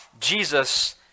Jesus